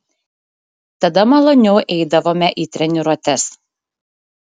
tada maloniau eidavome į treniruotes